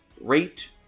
rate